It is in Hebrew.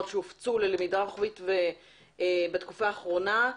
שהופצו ללמידה רוחבית בתקופה האחרונה,